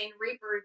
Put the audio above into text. Reaper